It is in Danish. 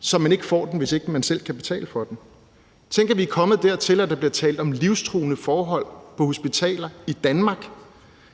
så man ikke får den, hvis man ikke selv kan betale for den. Tænk, at vi er kommet dertil, at der bliver talt om livstruende forhold på hospitaler i Danmark,